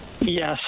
Yes